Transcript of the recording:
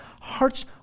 Hearts